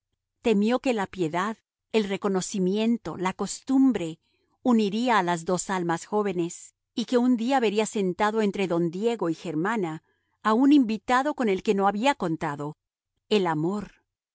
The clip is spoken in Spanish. temió que la piedad el reconocimiento la costumbre uniría a las dos almas jóvenes y que un día vería sentarse entre don diego y germana a un invitado con el que no había contado el amor la